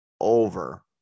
over